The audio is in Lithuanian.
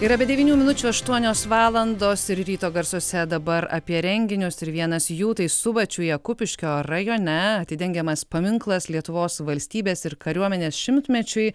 yra be devynių minučių aštuonios valandos ir ryto garsuose dabar apie renginius ir vienas jų tai subačiuje kupiškio rajone atidengiamas paminklas lietuvos valstybės ir kariuomenės šimtmečiui